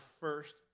first